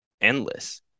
endless